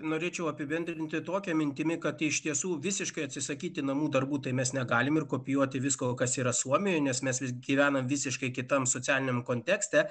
norėčiau apibendrinti tokia mintimi kad iš tiesų visiškai atsisakyti namų darbų tai mes negalime ir kopijuoti visko kas yra suomiai nes mes gyvename visiškai kitam socialiniam kontekste